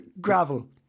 Gravel